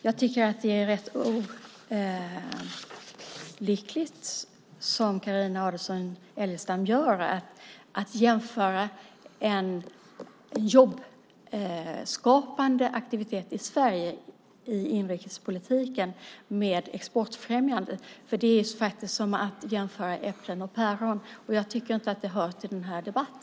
Jag tycker att det är rätt olyckligt att göra som Carina Adolfsson Elgestam gör, nämligen att jämföra en jobbskapande aktivitet i Sverige, i inrikespolitiken, med exportfrämjande. Det är som att jämföra äpplen och päron, och jag tycker inte att det hör till denna debatt.